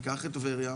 ניקח את טבריה,